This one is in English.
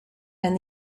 and